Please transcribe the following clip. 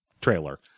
trailer